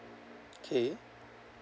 okay